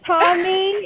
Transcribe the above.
Tommy